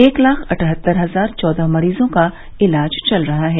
एक लाख अठहत्तर हजार चौदह मरीजों का इलाज चल रहा है